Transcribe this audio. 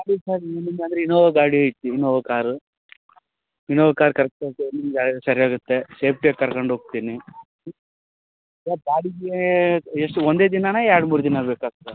ಅದೇ ಗಾಡಿ ಇರಲಿಲ್ಲ ಅಂದರೆ ಇನೋವಾ ಗಾಡಿ ಇತ್ತು Innova car Innova car correct ಸರಿ ಹೋಗುತ್ತೆ ಸೇಫ್ಟಿ ಆಗಿ ಕರ್ಕೊಂಡು ಹೋಗ್ತೀನಿ ಮೇಡಮ್ ಬಾಡಿಗೆ ಎಷ್ಟು ಒಂದೇ ದಿನನಾ ಎರಡು ಮೂರು ದಿನ ಬೇಕಾಗ್ತದೆ